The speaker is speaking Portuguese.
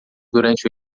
durante